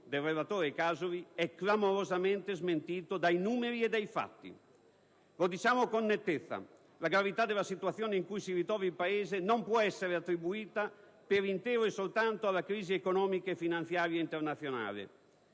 del relatore Casoli, è clamorosamente smentito dai numeri e dai fatti. Lo diciamo con nettezza: la gravità della situazione in cui si trova il Paese non può essere attribuita per intero e soltanto alla crisi economica e finanziaria internazionale.